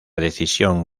decisión